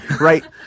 right